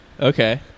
Okay